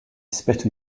spit